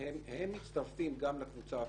הם מצטרפים גם לקבוצה הקודמת.